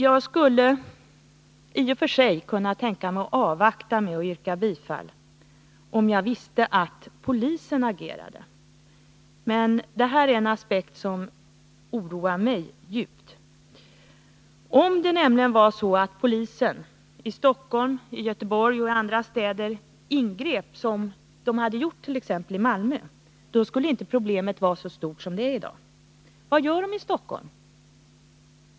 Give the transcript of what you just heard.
Jag skulle i och för sig kunna tänka mig att avvakta med att yrka bifall till vpk:s motion, om jag visste att polisen agerade. Men det är en aspekt som oroar mig djupt. Om nämligen polisen i Stockholm, Göteborg och andra städer ingrep, som den gjort i t.ex. Malmö, skulle inte problemet vara så stort som det är i dag. Vad gör polisen i Stockholm?